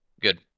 good